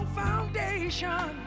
foundation